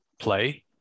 play